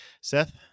seth